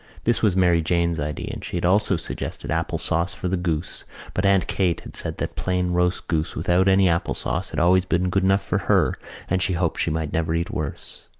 this was mary jane's idea and she had also suggested apple sauce for the goose but aunt kate had said that plain roast goose without any apple sauce had always been good enough for her and she hoped she might never eat worse.